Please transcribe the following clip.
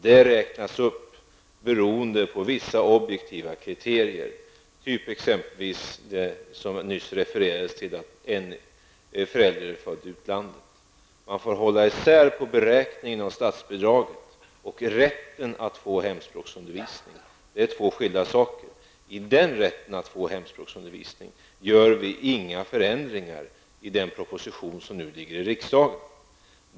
Det räknas upp beroende på vissa objektiva kriterier, exempelvis, som det nyss refererades till, att en förälder är född i utlandet. Man måste hålla isär beräkningen av statsbidraget och rätten att få hemspråksundervisning. Det är två skilda saker. Vi gör inga förändringar i rätten till hemspråksundervisning i den proposition som nu ligger i riksdagen.